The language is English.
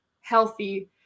healthy